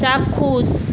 চাক্ষুষ